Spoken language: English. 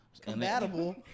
Compatible